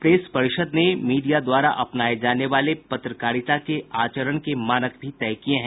press परिषद ने media द्वारा अपनाये जाने वाले पत्रकारिता के आचरण के मानक भी तय किये हैं